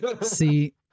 See